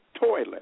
toilet